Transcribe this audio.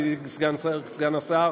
בבתי-הספר,